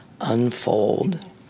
unfold